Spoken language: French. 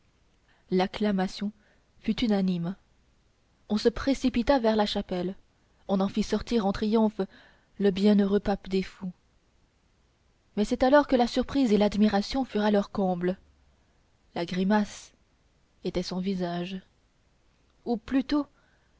l'acclamation fut unanime on se précipita vers la chapelle on en fit sortir en triomphe le bienheureux pape des fous mais c'est alors que la surprise et l'admiration furent à leur comble la grimace était son visage ou plutôt